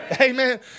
Amen